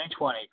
2020